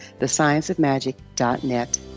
thescienceofmagic.net